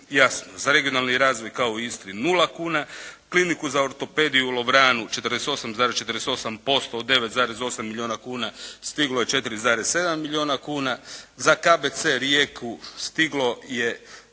Jasno za regionalni razvoj kao i u Istri nula kuna. Kliniku za ortopediju u Lovranu 48,48% od 9,8 milijuna kuna stiglo je 4,7 milijuna kuna. Za KBC Rijeku stiglo je